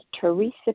Teresa